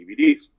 DVDs